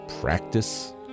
practice